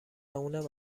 اونم